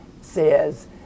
says